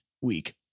Week